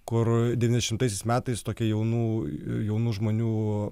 kur devyniasdešimtaisiais metais tokia jaunų jaunų žmonių